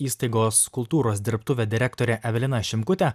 įstaigos kultūros dirbtuvė direktorė evelina šimkutė